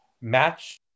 match